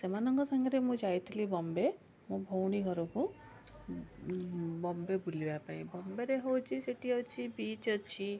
ସେମାନଙ୍କ ସାଙ୍ଗରେ ମୁଁ ଯାଇଥିଲି ବମ୍ବେ ମୋ ଭଉଣୀ ଘରକୁ ବମ୍ବେ ବୁଲିବା ପାଇଁ ବମ୍ବେରେ ହେଉଛି ସେଇଠି ଅଛି ବିଚ୍ ଅଛି